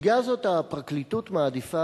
בסוגיה הזאת הפרקליטות מעדיפה,